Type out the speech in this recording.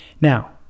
Now